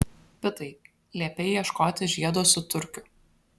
pitai liepei ieškoti žiedo su turkiu